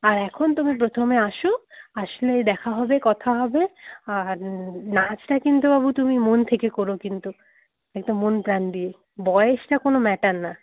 আর এখন তুমি প্রথমে আসো আসলে দেখা হবে কথা হবে আর নাচটা কিন্তু বাবু তুমি মন থেকে কোরো কিন্তু একটু মনপ্রাণ দিয়ে বয়সটা কোনও ম্যাটার না